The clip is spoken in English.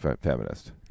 feminist